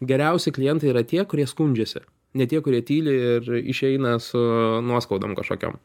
geriausi klientai yra tie kurie skundžiasi ne tie kurie tyli ir išeina su nuoskaudom kažkokiom